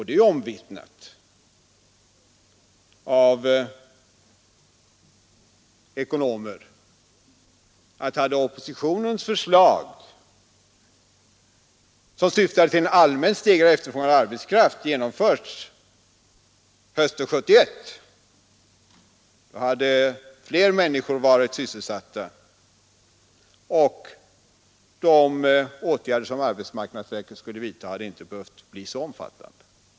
Det är omvittnat av ekonomer, att hade oppositionens förslag — som syftade till en allmänt stegrad efterfrågan på arbetskraft — genomförts på hösten 1971, hade fler människor haft sysselsättning, och de åtgärder som arbetsmarknadsverket måste vidta hade då inte behövt bli så omfattande.